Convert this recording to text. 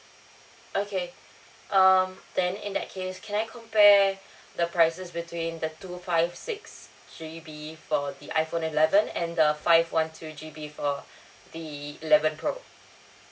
okay um then in that case can I compare the prices between the two five six G_B for the iphone eleven and the five one two G_B for the eleven pro